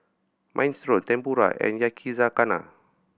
Minestrone Tempura and Yakizakana